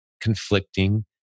conflicting